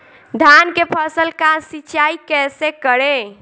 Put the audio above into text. धान के फसल का सिंचाई कैसे करे?